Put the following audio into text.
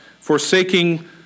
forsaking